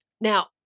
Now